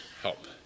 help